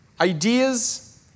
Ideas